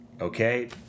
okay